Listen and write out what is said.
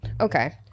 okay